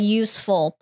useful